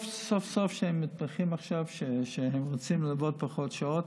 טוב סוף-סוף שהמתמחים עכשיו רוצים לעבוד פחות שעות.